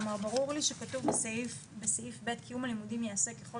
כלומר ברור לי שכתוב בסעיף (ב): קיום הלימודים ייעשה ככל